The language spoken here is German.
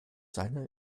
seine